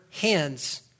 hands